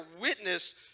witness